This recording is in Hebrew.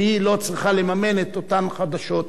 שהיא לא צריכה לממן את אותן חדשות,